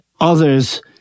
others